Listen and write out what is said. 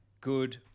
Good